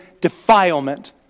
defilement